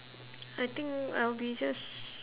I think I'll be just